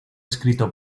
escrito